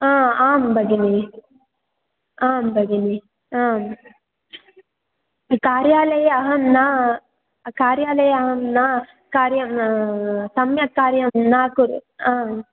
हा आम् भगिनि आम् भगिनि आम् कार्यालये अहं न कार्यलये अहं न कार्यम् सम्यक् कार्यं न कुर् आम्